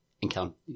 encounter